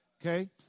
Okay